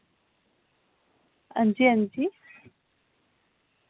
हांजी हांजी